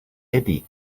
eddie